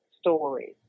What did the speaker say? stories